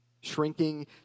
shrinking